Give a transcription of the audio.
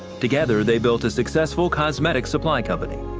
together they built a successful cosmetic supply company.